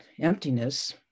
emptiness